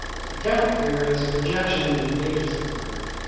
the count gear has a projection that engages the groove,